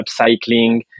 upcycling